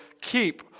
Keep